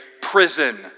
prison